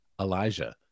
Elijah